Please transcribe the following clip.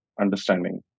understanding